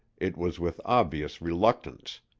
it was with obvious reluctance.